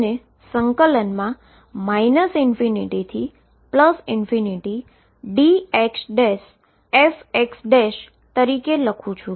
જેને ∞dxfx તરીકે લખી શકું છું